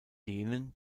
denen